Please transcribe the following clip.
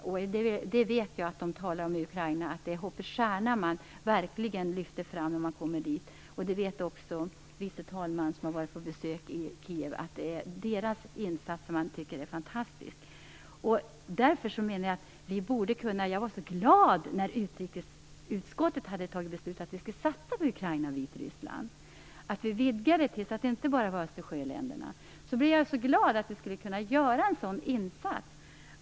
När man besöker Ukraina är det verkligen Hoppets Stjärna som lyfts fram. Det vet också tredje vice talman som varit i Kijev. Man tycker att Hoppets Stjärnas insats är fantastisk. När utrikesutskottet fattade beslutet att vi skulle satsa på Ukraina och Vitryssland, så att det inte bara handlade om Östersjöländerna, blev jag så glad över att vi skulle kunna göra en sådan insats.